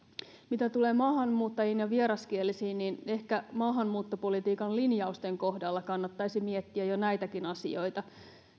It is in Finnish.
mitä tulee maahanmuuttajiin ja vieraskielisiin niin ehkä maahanmuuttopolitiikan linjausten kohdalla kannattaisi jo miettiä näitäkin asioita